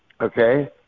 okay